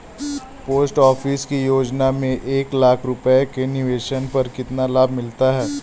Post office की योजना में एक लाख रूपए के निवेश पर कितना लाभ मिलता है?